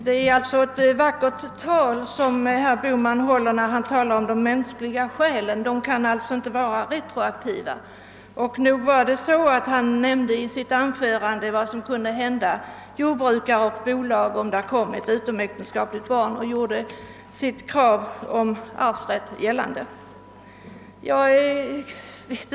Herr talman! Det är ett vackert tal herr Bohman för när han håller fram de mänskliga skälen, som alltså inte kan verka retroaktivt. Men nog nämnde han ändå i sitt anförande vad som kunde hända jordbruk och företag, om det kom ett utomäktenskapligt barn och gjorde sitt krav på arvsrätt gällande.